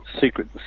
Secret